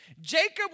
Jacob